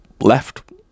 Left